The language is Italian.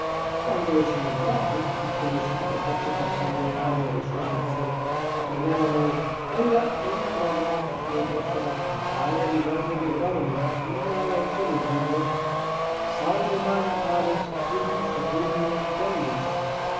quando quando ci andrò rispose il sottoprefetto abbassando le ali della sua ambizione ma torniamo a noi ella è un agronomo signor prospero l'italia ha bisogno di agronomi non lo ha letto virgilio salve magna parens frugum saturnia tellus